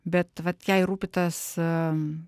bet vat jai rūpi tas